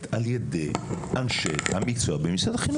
על-ידי אנשי המקצוע במשרד החינוך?